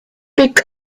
pick